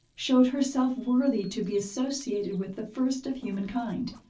showed herself worthy to be associated with the first of human kind,